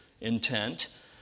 intent